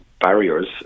barriers